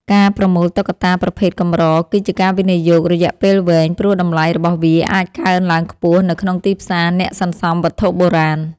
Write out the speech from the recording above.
ការប្រមូលតុក្កតាប្រភេទកម្រ គឺជាការវិនិយោគរយៈពេលវែង ព្រោះតម្លៃរបស់វាអាចកើនឡើងខ្ពស់នៅក្នុងទីផ្សារអ្នកសន្សំវត្ថុបុរាណ។